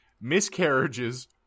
Miscarriages